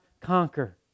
conquer